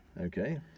Okay